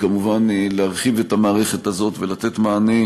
וכמובן, להרחיב את המערכת הזאת ולתת מענה